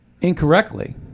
incorrectly